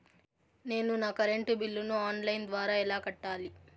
నేను నా కరెంటు బిల్లును ఆన్ లైను ద్వారా ఎలా కట్టాలి?